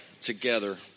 together